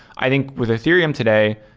i think with ethereum today,